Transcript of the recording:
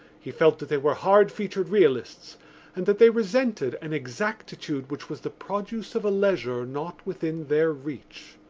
he felt that they were hard-featured realists and that they resented an exactitude which was the produce of a leisure not within their reach.